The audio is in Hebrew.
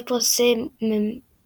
שני פרסים ממועצת